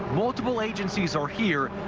multiple agencies are here.